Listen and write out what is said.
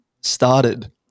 started